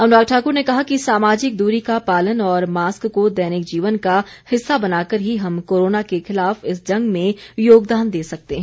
अनुराग ठाकुर ने कहा कि सामाजिक दूरी का पालन और मास्क को दैनिक जीवन का हिस्सा बनाकर ही हम कोरोना के खिलाफ इस जंग में योगदान दे सकते हैं